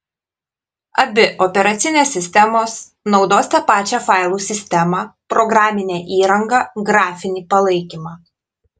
abi operacinės sistemos naudos tą pačią failų sistemą programinę įrangą grafinį palaikymą